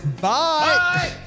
Bye